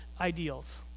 ideals